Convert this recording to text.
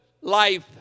life